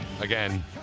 Again